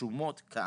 שרשומות כאן,